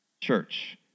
church